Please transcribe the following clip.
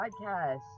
Podcast